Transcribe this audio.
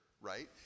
right